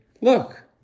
look